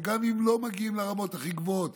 וגם אם לא מגיעים לרמות הכי גבוהות